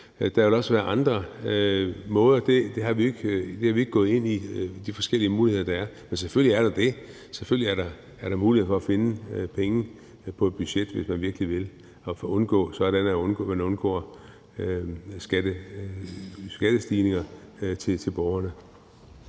Der vil også være andre måder at gøre det på. Vi er ikke gået ind i de forskellige muligheder, der er, men selvfølgelig er der det. Selvfølgelig er der muligheder for at finde penge på et budget, hvis man virkelig vil, sådan at man undgår skattestigninger for borgerne.